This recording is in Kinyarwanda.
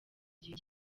gihe